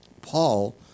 Paul